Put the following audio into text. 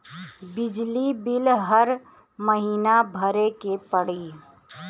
बिजली बिल हर महीना भरे के पड़ी?